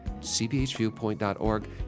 cbhviewpoint.org